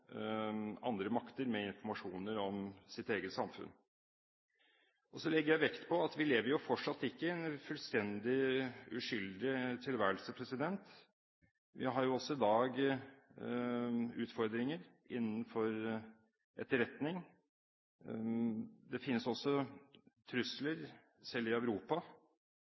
andre makter med informasjon om sitt eget samfunn. Så legger jeg vekt på at vi lever fortsatt ikke i en fullstendig uskyldig tilværelse. Vi har også i dag utfordringer innenfor etterretning. Det finnes også trusler, selv i Europa.